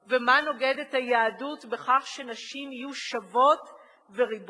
ומה נוגד את היהדות בכך שנשים יהיו שוות וריבוניות,